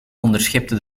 onderschepte